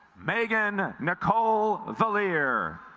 megan nicole the leer